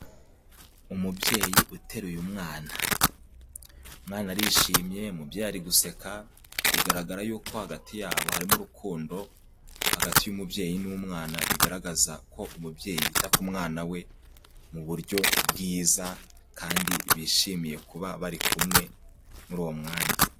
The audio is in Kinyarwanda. Umubyeyi uteruye umwana. Umwana arishimye, umubyeyi ari guseka, bigaragara yuko hagati yabo harimo urukundo, hagati y'umubyeyi n'umwana bigaragaza ko umubyeyi yita ku mwana we mu buryo bwiza, kandi bishimiye kuba bari kumwe muri uwo mwanya.